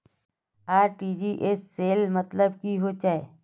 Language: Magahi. आर.टी.जी.एस सेल मतलब की होचए?